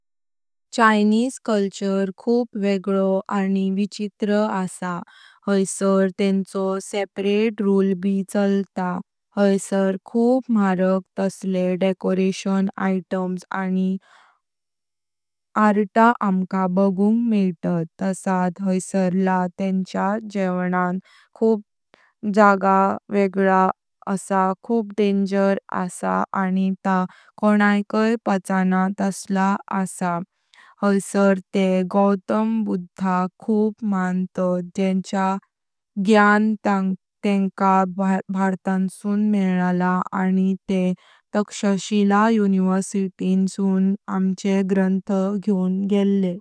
चायनीझ् कल्चरखूप वेगळो आनी विचित्र आसा। हाचेर तेंचो सपराटे रूल ब चालता। हाचेर खूप मारक तासले डेकोरेशन आइटम्स आनी आर्ता आमका बाघुंग मेइतात। तसाट हाचेरला तेंचो जेवनाई खूप जाग वेगला आसाखूप डेंजर आसा आनी ता कोणांकाय पाचन तासला आसा। हाचेर ते गौतम बुधाक खूप मांतात जेंचा ज्ञान तांका भारता-सून मेलीला आनी ते तक्षशिला उनिवर्सिटी-सून आमचे ग्रंथ घ्यवून गैले।